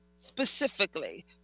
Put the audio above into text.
specifically